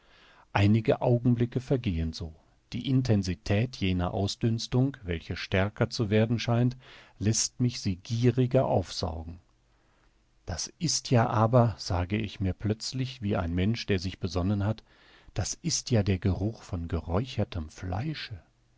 einige augenblicke vergehen so die intensität jener ausdünstung welche stärker zu werden scheint läßt mich sie gieriger aufsaugen das ist ja aber sage ich mir plötzlich wie ein mensch der sich besonnen hat das ist ja der geruch von geräuchertem fleische